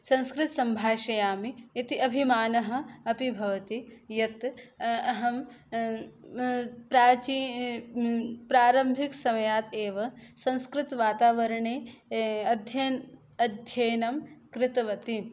संस्कृतं सम्भाषयामि इति अभिमानः अपि भवति यत् अहं प्रारम्भिकसमयात् एव संस्कृतवातावरणे अध्ययनं कृतवती